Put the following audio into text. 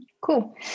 Cool